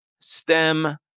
STEM